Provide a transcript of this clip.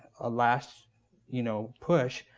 a last you know push,